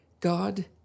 God